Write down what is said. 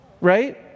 right